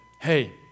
hey